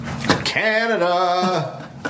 Canada